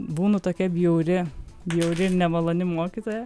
būnu tokia bjauri bjauri ir nemaloni mokytoja